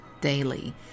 daily